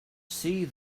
see